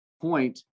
point